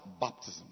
baptism